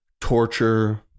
torture